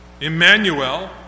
Emmanuel